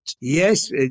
Yes